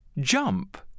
Jump